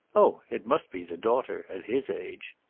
oh it must be the daughter at his age.